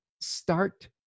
start